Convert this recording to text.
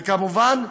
וכמובן,